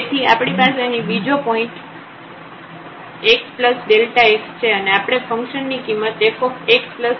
તેથી આપણી પાસે અહીં બીજો પોઇન્ટ xΔx છે અને આપણે ફંકશન ની કિંમત f xΔx લઈશું